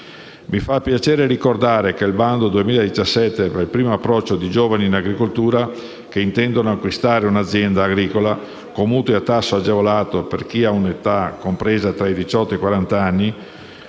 Mi fa piacere ricordare che il bando 2017 per il primo approccio di giovani in agricoltura che intendono acquistare un'azienda agricola prevede mutui a tasso agevolato per chi ha un'età compresa tra i diciotto e i